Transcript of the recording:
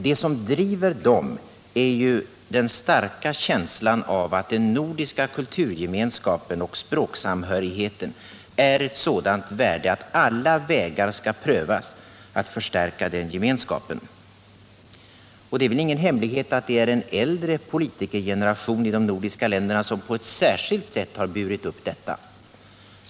Det som driver dem är ju den starka känslan av att den nordiska kulturgemenskapen och språksamhörigheten är ett sådant värde att alla vägar skall prövas för att stärka den gemenskapen. Det är väl ingen hemlighet att det är en äldre politikergeneration i de nordiska länderna som på ett särskilt sätt har burit upp detta.